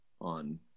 on